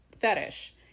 fetish